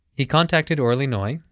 he contacted orly noy,